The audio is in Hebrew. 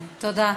תודה.